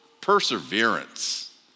perseverance